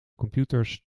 computers